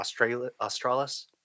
Australis